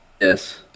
Yes